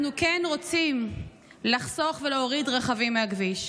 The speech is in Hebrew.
אנחנו כן רוצים לחסוך ולהוריד רכבים מהכביש,